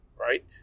Right